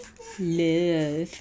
leh